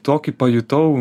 tokį pajutau